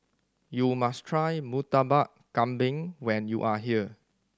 you must try Murtabak Kambing when you are here